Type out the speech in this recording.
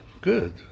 Good